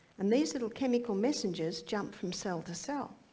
and these little chemical messengers jump from cell to cell.